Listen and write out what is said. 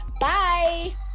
Bye